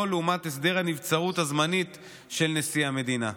לעומת הסדר הנבצרות הזמנית של נשיא המדינה.